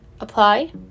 apply